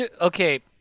Okay